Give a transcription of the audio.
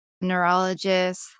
neurologist